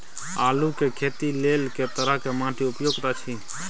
आलू के खेती लेल के तरह के माटी उपयुक्त अछि?